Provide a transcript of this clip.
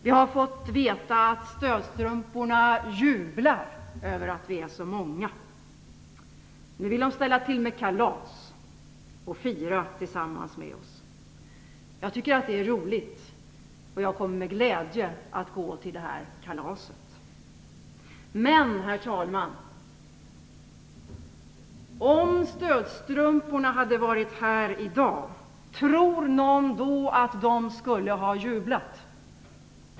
Vi har fått veta att Stödstrumporna jublar över att vi är så många. Nu vill de ställa till med kalas och fira tillsammans med oss. Jag tycker att det är roligt, och jag kommer att med glädje gå till det kalaset. Men, herr talman, om Stödstrumporna hade varit här i dag, tror någon att de skulle ha jublat?